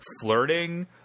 flirting